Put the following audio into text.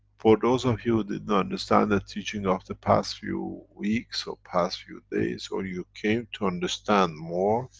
for those of you who didn't understand the teachings of the past few weeks or the past few days or you came to understand more,